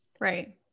Right